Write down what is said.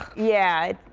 yeah,